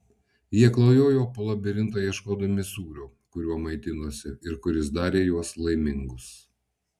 jie klajojo po labirintą ieškodami sūrio kuriuo maitinosi ir kuris darė juos laimingus